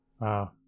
Wow